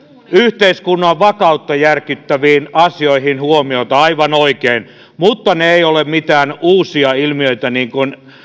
yhteiskunnan vakautta järkyttäviin olennaisiin asioihin huomiota aivan oikein mutta ne eivät ole mitään uusia ilmiöitä niin kuin